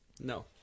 No